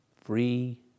free